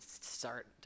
start